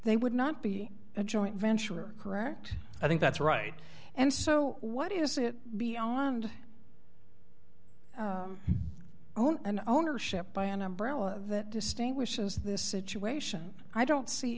they would not be a joint venture correct i think that's right and so what is it beyond own an ownership by an umbrella that distinguishes this situation i don't see